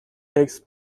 takes